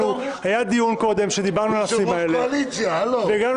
היה קודם דיון שבו דיברנו על הנושאים האלה והגענו